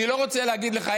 אני לא רוצה להגיד לך,